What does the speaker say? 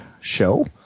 Show